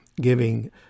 giving